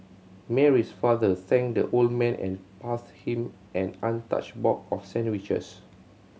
Mary's father thanked the old man and passed him an untouched box of sandwiches